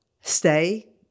stay